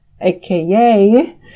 aka